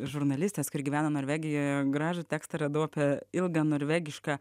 žurnalistės kuri gyvena norvegijoje gražų tekstą radau apie ilgą norvegišką